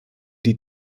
die